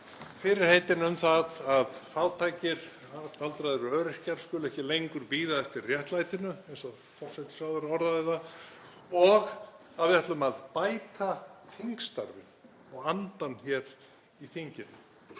fyrirheitin um að fátækir, aldraðir og öryrkjar skuli ekki lengur bíða eftir réttlætinu, eins og forsætisráðherra orðaði það, og að við ætlum að bæta þingstörfin og andann hér í þinginu.